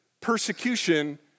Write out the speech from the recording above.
persecution